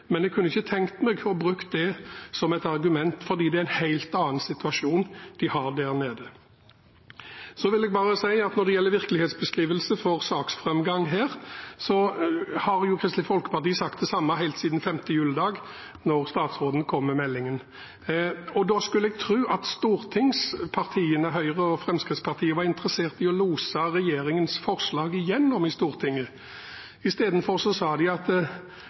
som et argument, fordi det er en helt annen situasjon de har der nede. Når det gjelder virkelighetsbeskrivelsen av saksframgangen her, har Kristelig Folkeparti sagt det samme helt siden 29. desember, da statsråden kom med meldingen. Da skulle jeg tro at stortingspartiene Høyre og Fremskrittspartiet var interessert i å lose regjeringens forslag igjennom i Stortinget. Istedenfor sa de: Vær snille og sitt stille i båten og stem oss ned, så skal vi samarbeide. Keshvari beskrev det som en udemokratisk tilnærming. Men vi har jo aldri ment at